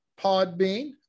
podbean